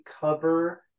cover